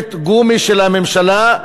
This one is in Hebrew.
לחותמת גומי של הממשלה,